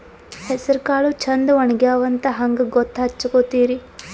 ಹೆಸರಕಾಳು ಛಂದ ಒಣಗ್ಯಾವಂತ ಹಂಗ ಗೂತ್ತ ಹಚಗೊತಿರಿ?